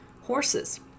horses